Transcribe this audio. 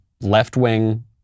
left-wing